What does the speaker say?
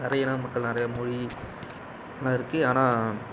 நிறைய இன மக்கள் நிறையா மொழி எல்லாம் இருக்குது ஆனால்